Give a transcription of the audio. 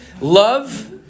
love